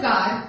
God